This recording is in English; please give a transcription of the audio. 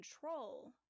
control